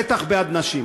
בטח בעד נשים.